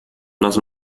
nós